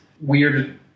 weird